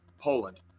poland